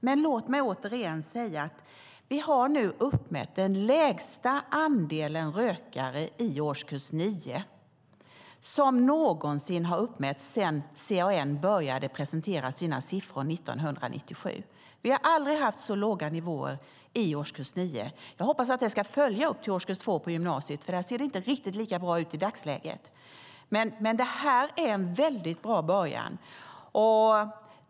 Men låt mig återigen säga att vi nu har uppmätt den lägsta andelen rökare i årskurs 9 som någonsin har uppmätts sedan CAN började presentera sina siffror 1997. Vi har aldrig haft så låga nivåer i årskurs 9. Jag hoppas att det ska följa med upp till årskurs 2 på gymnasiet, för där ser det inte riktigt lika bra ut i dagsläget. Men det här är en väldigt bra början.